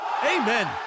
Amen